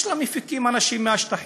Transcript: יש לה מפיקים, אנשים מהשטחים.